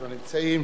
ברוכים הנמצאים.